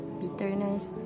bitterness